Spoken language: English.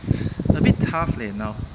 a bit tough leh now